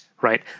right